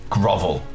grovel